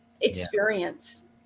experience